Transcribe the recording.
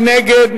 מי נגד?